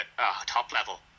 top-level